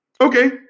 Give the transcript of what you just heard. Okay